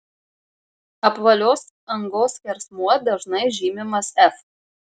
apvalios angos skersmuo dažnai žymimas f